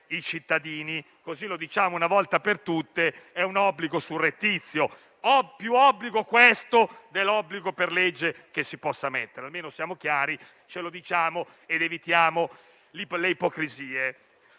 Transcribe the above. i cittadini. Così lo diciamo una volta per tutte: è un obbligo surrettizio. Più obbligo questo dell'obbligo imposto per legge. Almeno siamo chiari, ce lo diciamo ed evitiamo le ipocrisie.